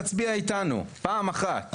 תצביע איתנו פעם אחת.